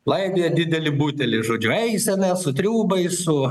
laidoja didelį butelį žodžiu eisena su triūbais su